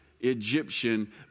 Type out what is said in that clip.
Egyptian